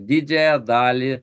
didžiąją dalį